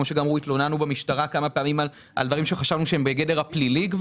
התלוננו כמה פעמים במשטרה על דברים שחשבנו שהם בגדר הפלילי.